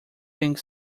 think